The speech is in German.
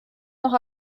noch